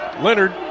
Leonard